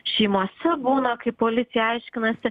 šeimose būna kai policija aiškinasi